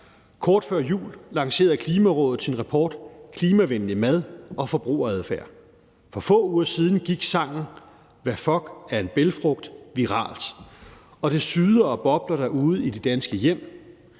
Kort før jul lancerede Klimarådet sin rapport »Klimavenlig mad og forbrugeradfærd«, for få uger siden gik sangen »Hvad fuck er en bælgfrugt« viralt, og det syder og bobler derude i de danske hjem,